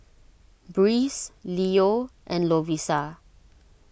Breeze Leo and Lovisa